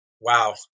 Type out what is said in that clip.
wow